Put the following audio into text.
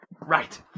Right